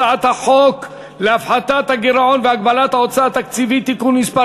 הצעת החוק להפחתת הגירעון והגבלת ההוצאה התקציבית (תיקון מס'